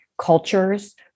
cultures